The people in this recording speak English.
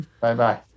Bye-bye